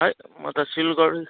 खै म त सिलगढी